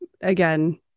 Again